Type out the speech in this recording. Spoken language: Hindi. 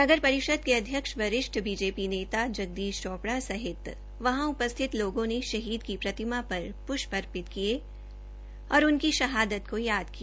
नगर परषिद के अध्यक्ष वरिष्ठ बी ेपी नेता गदीश चोपड़ा सहित वहां उपस्थित लोगों ने शहीद की प्रतिमा को प्ष्प अर्पित किये और उनकी शहादत को याद किया